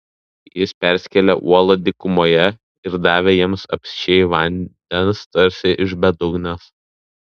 jis perskėlė uolą dykumoje ir davė jiems apsčiai vandens tarsi iš bedugnės